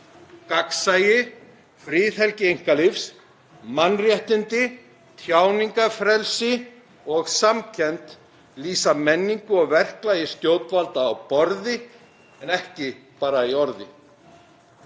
Gagnsæi, friðhelgi einkalífs, mannréttindi, tjáningarfrelsi og samkennd lýsa menningu og verklagi stjórnvalda á borði en ekki bara í orði.